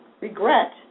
regret